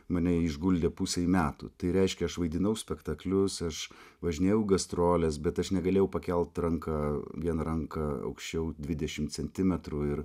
mane išguldė pusei metų tai reiškia aš vaidinau spektaklius aš važinėjau į gastroles bet aš negalėjau pakelt ranką vien ranką aukščiau dvidešim centimetrų ir